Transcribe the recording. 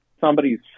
somebody's